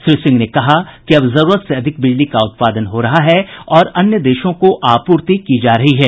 श्री सिंह ने कहा कि अब जरूरत से अधिक बिजली का उत्पादन हो रहा है और अन्य देशों को आपूर्ति की जा रही है